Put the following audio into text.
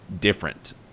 different